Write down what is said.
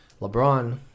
LeBron